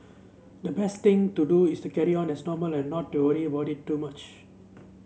the best thing to do is to carry on as normal and not to worry about it too much